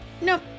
Nope